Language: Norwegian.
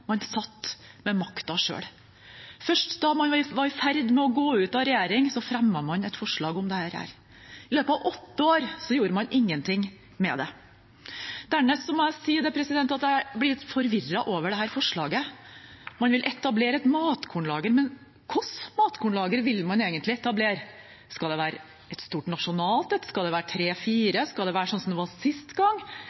man satt med makten selv. Først da man var i ferd med å gå ut av regjering, fremmet man et forslag om det. I løpet av åtte år gjorde man ingenting med det. Dernest må jeg si at jeg blir litt forvirret over dette forslaget. Man vil etablere et matkornlager, men hva slags matkornlager vil man egentlig etablere? Skal det være ett stort nasjonalt? Skal det være tre–fire? Skal det være sånn som det var sist gang, med to stykker i nord og tre